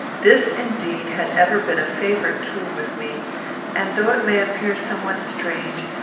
this, indeed, had ever been a favourite tool with me and, though it may appear somewhat strange,